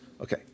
Okay